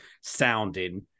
sounding